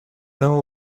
know